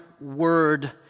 word